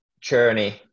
journey